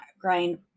Grind